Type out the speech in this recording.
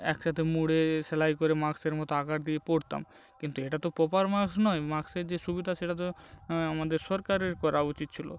একসাতে মুড়ে সেলাই করে মাক্সের মতো আকার দিয়ে পরতাম কিন্তু এটা তো প্রপার মাস্ক নয় মাক্সের যে সুবিধা সেটা তো আমাদের সরকারের করা উচিত ছিলো